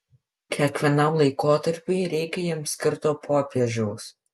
kiekvienam laikotarpiui reikia jam skirto popiežiaus